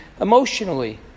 emotionally